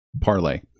Parlay